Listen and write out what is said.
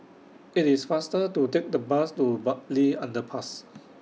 IT IS faster to Take The Bus to Bartley Underpass